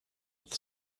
with